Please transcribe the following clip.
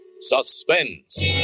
Suspense